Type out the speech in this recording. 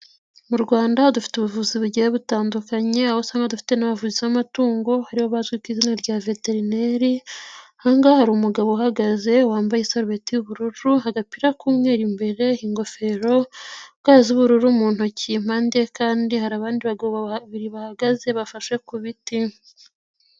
Mu rwanda dufite ubuvuzi bugiye butandukanye, aho usanga dufite n'abavuzi b'amatungo aribo bazwi ku izina rya veterineri, aha ngaha hari umugabo uhagaze wambaye isarubeti y'ubururu agapira k'umweru imbere ingofero, ga z'ubururu mu ntoki impande, kandi hari abandi bagabo babiri bahagaze bafashe ku biti.